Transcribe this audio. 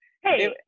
Hey